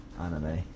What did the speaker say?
anime